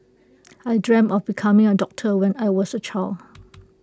I dreamt of becoming A doctor when I was A child